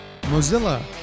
mozilla